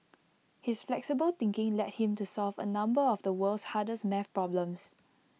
his flexible thinking led him to solve A number of the world's hardest math problems